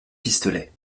pistolet